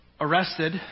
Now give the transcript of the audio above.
arrested